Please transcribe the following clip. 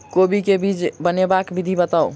कोबी केँ बीज बनेबाक विधि बताऊ?